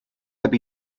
heb